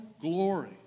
glory